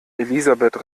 elisabeth